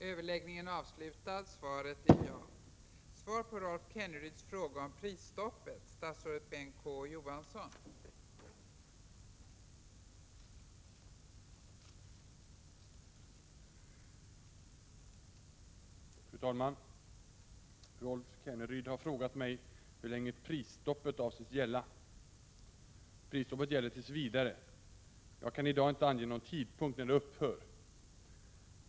Fru talman! Rolf Kenneryd har frågat mig hur länge prisstoppet avses gälla. Prisstoppet gäller tills vidare. Jag kan i dag inte ange någon tidpunkt när det upphör.